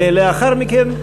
ולאחר מכן,